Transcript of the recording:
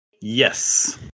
Yes